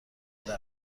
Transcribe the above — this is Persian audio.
برده